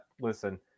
Listen